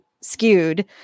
skewed